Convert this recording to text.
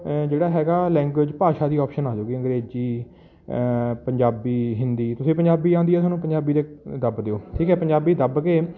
ਜਿਹੜਾ ਹੈਗਾ ਲੈਂਗੁਏਜ ਭਾਸ਼ਾ ਦੀ ਆਪਸ਼ਨ ਆ ਜੂਗੀ ਅੰਗਰੇਜ਼ੀ ਪੰਜਾਬੀ ਹਿੰਦੀ ਤੁਸੀਂ ਪੰਜਾਬੀ ਆਉਂਦੀ ਹੈ ਤੁਹਾਨੂੰ ਪੰਜਾਬੀ 'ਤੇ ਦੱਬ ਦਿਓ ਠੀਕ ਹੈ ਪੰਜਾਬੀ ਦੱਬ ਕੇ